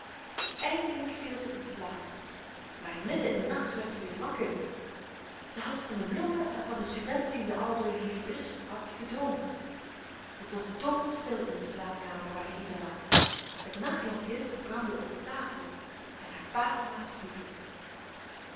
eindelijk viel zij in slaap maar midden in den nacht werd zij weer wakker zij had van de bloemen en van den student dien de oude heer berispt had gedroomd het was doodstil in de slaapkamer waar ida lag het nachtlampje brandde op de tafel en haar pa en ma sliepen